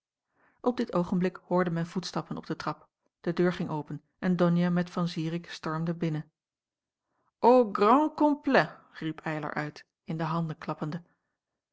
op dit oogenblik hoorde men voetstappen op de trap de deur ging open en donia met van zirik stormden binnen au grand complet riep eylar uit in de handen klappende